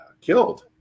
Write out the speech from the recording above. killed